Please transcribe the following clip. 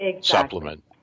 supplement